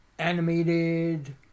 Animated